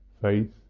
faith